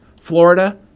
Florida